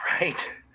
Right